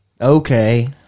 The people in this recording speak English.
Okay